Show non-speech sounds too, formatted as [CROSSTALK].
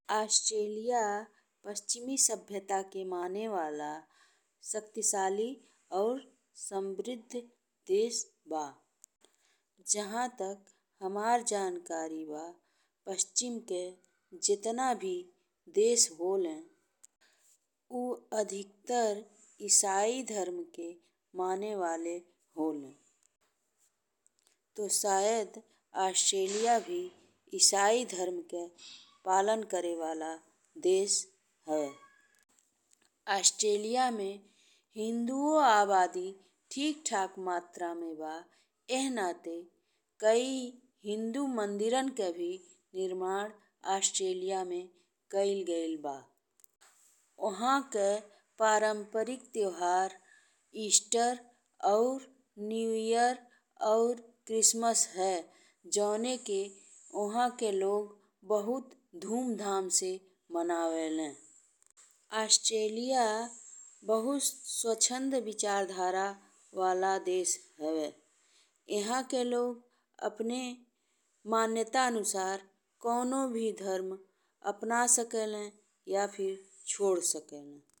Australia पश्चिमी सभ्यता के माने वाला शक्तिशाली और समृद्ध देश बा। जहाँ तक हमार जानकारी बा पश्चिम के जेतना भी देश होले उ अधिकांश ईसाई धर्म के माने वाले होले। [NOISE] तो शायद [NOISE] ऑस्ट्रेलिया भी ईसाई धर्म के पालन करे वाला देश हवे। ऑस्ट्रेलिया में हिन्दू आबादी ठीक-ठाक मात्रा में बा, एह नाते कइ हिन्दू मंदिरन के निर्माण भी ऑस्ट्रेलिया में कइल गइल बा। ओहाके पारंपरिक त्यौहार इस्टर और न्यू ईयर और क्रिसमस हवे। जौनके ओहाके लोग बहुत धूमधाम से मनावेलें। ऑस्ट्रेलिया बहुत स्वच्छंद विचारधारा वाला देश हवे। एहाके लोग अपने मान्यता अनुसार कवनो भी धर्म अपना सकेलें या फिर छोड़ सकेलें।